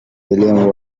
william